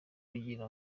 kugira